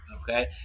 Okay